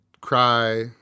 cry